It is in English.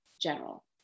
general